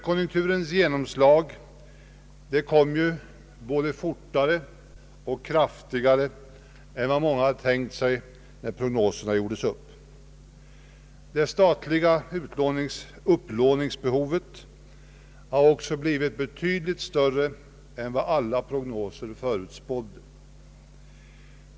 Konjunkturens genomslag kom både fortare och kraftigare än vad många tänkt sig när prognoserna gjordes upp. Det statliga upplåningsbehovet har också blivit betydligt större än vad alla prognoser förutspådde.